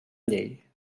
llei